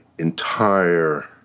entire